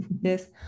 Yes